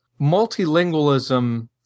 multilingualism